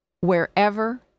wherever